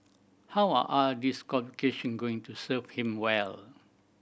how are all these qualification going to serve him well